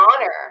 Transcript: honor